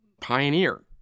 pioneer